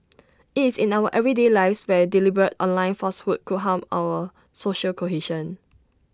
IT is in our everyday lives where deliberate online falsehoods could harm our social cohesion